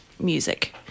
music